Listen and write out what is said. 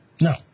No